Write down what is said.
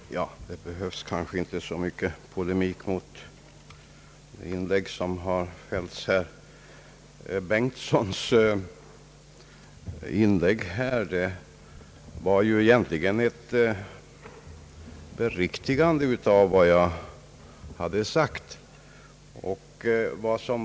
Herr talman! Det behövs kanske inte så mycket polemik mot de senaste inläggen. Herr Bengtsons anförande var egentligen en bekräftelse av vad jag tidigare anförde.